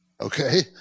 Okay